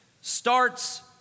starts